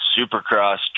supercross